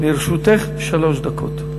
לרשותך שלוש דקות.